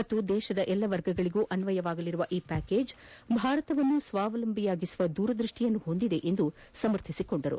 ಮತ್ತು ದೇಶದ ಎಲ್ಲಾ ವರ್ಗಗಳಗೂ ಅನ್ವಯವಾಗಲಿರುವ ಈ ಪ್ಯಾಕೇಜ್ ಭಾರತವನ್ನು ಸ್ವಾವಲಂಬಿಯಾಗಿಸುವ ದೂರದೃಷ್ಠಿಯನ್ನು ಹೊಂದಿದೆ ಎಂದು ಸಮರ್ಥಿಸಿಕೊಂಡರು